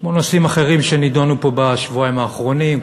כמו הנושאים האחרים שנדונו פה בשבועיים האחרונים,